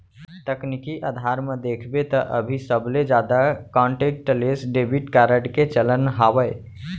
तकनीकी अधार म देखबे त अभी सबले जादा कांटेक्टलेस डेबिड कारड के चलन हावय